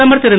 பிரதமர் திரு